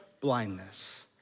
blindness